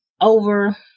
over